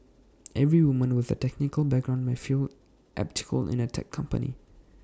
every women with A technical background may feel atypical in A tech company